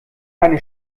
eine